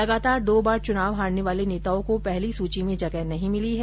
लगातार दो बार चुनाव हारने वाले नेताओं को पहली सूची में जगह नहीं मिली है